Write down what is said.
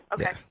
okay